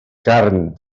carn